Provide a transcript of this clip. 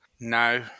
No